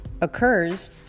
occurs